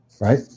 right